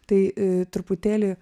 tai truputėlį